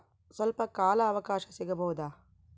ಸ್ವಲ್ಪ ಕಾಲ ಅವಕಾಶ ಸಿಗಬಹುದಾ?